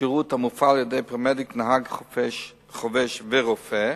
שירות המופעל על-ידי פרמדיק, נהג חובש ורופא,